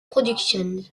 productions